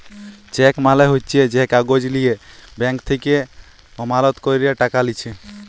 check মালে হচ্যে যে কাগজ লিয়ে ব্যাঙ্ক থেক্যে আমালতকারীরা টাকা লিছে